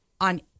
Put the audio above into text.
on